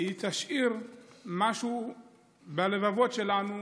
היא תשאיר משהו בלבבות שלנו